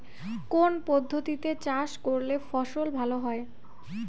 কোন পদ্ধতিতে চাষ করলে ফসল ভালো হয়?